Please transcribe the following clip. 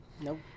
Nope